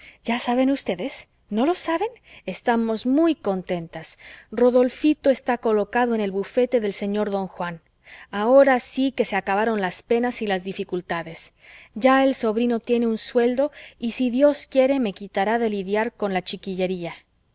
ya saben ustedes no lo saben estamos muy contentas rodolfita está colocado en el bufete del señor don juan ahora sí que se acabaron las penas y las dificultades ya el sobrino tiene un buen sueldo y si dios quiere me quitaré de lidiar con la chiquillería